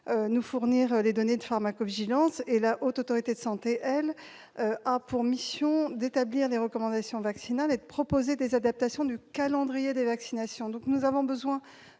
nous fournir les données de pharmacovigilance. La Haute Autorité de santé, elle, a pour mission d'établir des recommandations vaccinales et de proposer des adaptations du calendrier des vaccinations. Nous avons donc besoin